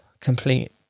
complete